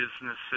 businesses